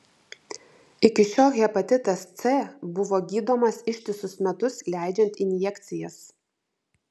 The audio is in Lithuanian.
iki šiol hepatitas c buvo gydomas ištisus metus leidžiant injekcijas